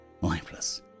lifeless